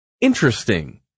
Interesting